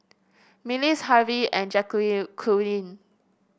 Mills Harvie and